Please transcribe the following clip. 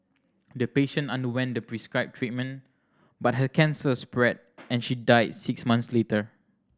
the patient underwent the prescribed treatment but her cancer spread and she died six months later